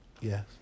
Yes